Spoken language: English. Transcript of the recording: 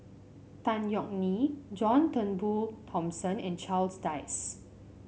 Tan Yeok Nee John Turnbull Thomson and Charles Dyce